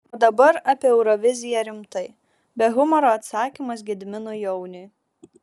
o dabar apie euroviziją rimtai be humoro atsakymas gediminui jauniui